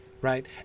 Right